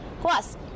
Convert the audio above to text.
Plus